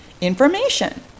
information